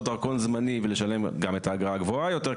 דרכון זמני ולשלם גם את האגרה הגבוהה יותר,